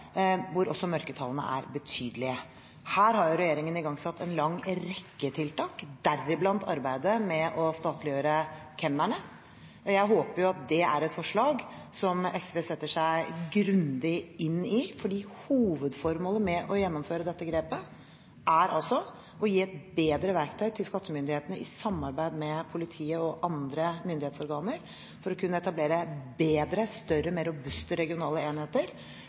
hvor også mørketallene er betydelige. Her har regjeringen igangsatt en lang rekke tiltak, deriblant arbeidet med å statliggjøre kemnerne. Jeg håper det er et forslag som SV setter seg grundig inn i, fordi hovedformålet med å gjennomføre dette grepet er å gi et bedre verktøy til skattemyndighetene, i samarbeid med politiet og andre myndighetsorganer, for å kunne etablere bedre, større og mer robuste regionale enheter